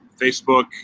Facebook